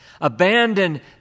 abandon